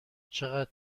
چقدر